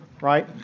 right